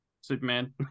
Superman